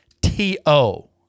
t-o